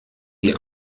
die